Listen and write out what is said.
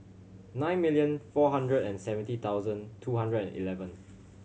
nine million four hundred and seventy thousand two hundred and eleven